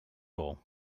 all